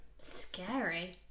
Scary